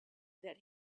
that